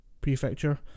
Prefecture